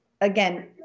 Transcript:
again